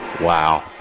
Wow